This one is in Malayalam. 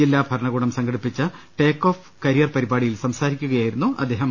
ജില്ലാ ഭരണകൂടം സംഘടിപ്പിച്ച ടേക്കോഫ് കരിയർ പരിപാടിയിൽ സംസാരിക്കുകയായിരുന്നു അദ്ദേഹം